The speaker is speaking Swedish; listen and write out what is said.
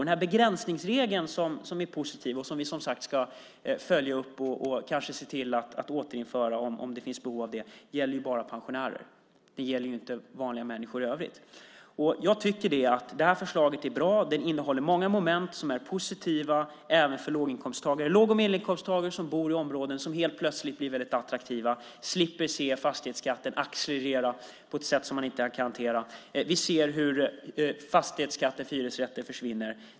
Den begränsningsregel som är positiv och som vi som sagt ska följa upp och kanske se till att återinföra om det finns behov av det gäller ju bara pensionärer. Den gäller inte människor i övrigt. Jag tycker att det här förslaget är bra. Det innehåller många moment som är positiva även för låginkomsttagare. Låg och medelinkomsttagare som bor i områden som helt plötsligt blir väldigt attraktiva slipper se fastighetsskatten accelerera på ett sätt som de inte kan hantera. Vi ser hur fastighetsskatten för hyresrätter försvinner.